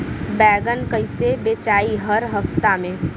बैगन कईसे बेचाई हर हफ्ता में?